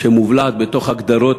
שמובלעת בתוך הגדרות,